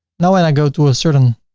now when i go to a certain